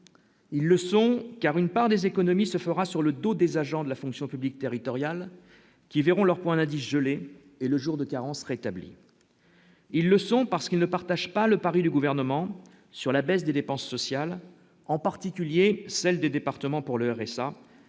ils le sont car une part des économies se fera sur le dos des agents de la fonction publique territoriale qui verront leur point là dit je et le jour de carence rétablie. Ils le sont parce qu'ils ne partagent pas le pari du gouvernement sur la baisse des dépenses sociales en particulier celles des départements pour le